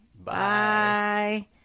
Bye